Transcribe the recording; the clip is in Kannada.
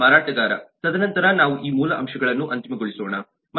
ಮಾರಾಟಗಾರ ತದನಂತರ ನಾವು ಈ ಮೂಲ ಅಂಶಗಳನ್ನು ಅಂತಿಮ ಗೊಳಿಸೋಣ